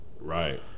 Right